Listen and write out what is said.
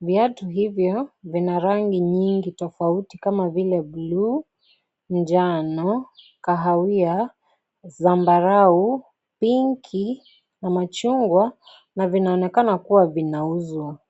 Viatu hivyo vina rangi nyingi tofauti kama vile bluu, njano, kahawia, zambarau, pinki na machungwa na vinaonekana kuwa vinauzwa.